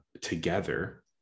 together